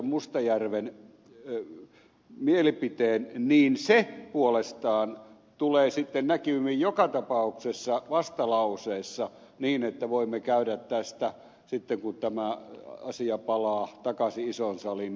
mustajärven mielipiteen niin se puolestaan tulee sitten näkyviin joka tapauksessa vastalauseessa niin että voimme käydä tästä sitten kun tämä asia palaa takaisin isoon saliin uuden keskustelun